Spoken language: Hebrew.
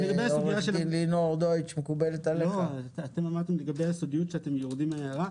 הסודיות, שאתם יורדים מההערה.